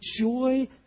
joy